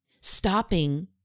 stopping